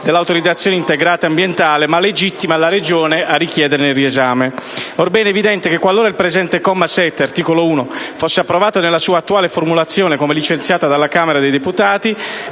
dell'autorizzazione integrata ambientale ma legittima la Regione a richiederne il riesame. Orbene, è evidente che qualora il suddetto comma 7 dell'articolo 1 fosse approvato nella sua attuale formulazione, come licenziato dalla Camera dei deputati,